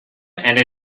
and